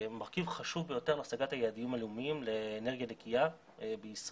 כמרכיב חשוב ביותר להשגת היעדים הלאומיים לאנרגיה נקיה בישראל.